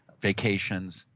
vacations,